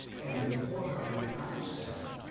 and in the corner on which i sat,